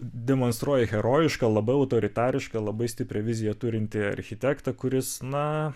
demonstruoja herojišką labiau autoritarišką labai stiprią viziją turintį architektą kuris na